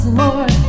more